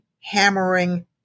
hammering